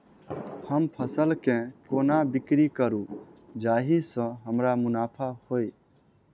हम फसल केँ कोना बिक्री करू जाहि सँ हमरा मुनाफा होइ?